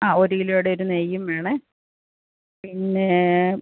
ആ ഒരു കിലോയുടെയൊരു നെയ്യും വേണേ പിന്നെ